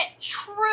true